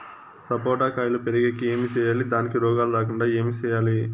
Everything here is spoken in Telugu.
సపోట కాయలు పెరిగేకి ఏమి సేయాలి దానికి రోగాలు రాకుండా ఏమి సేయాలి?